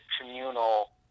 communal